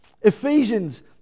Ephesians